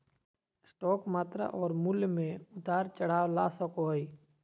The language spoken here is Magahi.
स्टॉक मात्रा और मूल्य में उतार चढ़ाव ला सको हइ